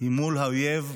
היא מול האויב,